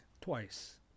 Twice